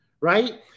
right